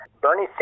Bernie